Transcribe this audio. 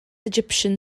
egyptian